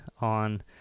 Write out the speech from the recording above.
on